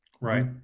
right